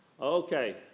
Okay